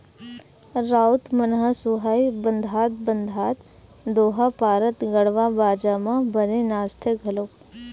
राउत मन ह सुहाई बंधात बंधात दोहा पारत गड़वा बाजा म बने नाचथे घलोक